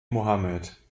mohammed